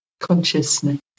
consciousness